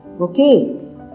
Okay